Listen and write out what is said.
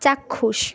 চাক্ষুষ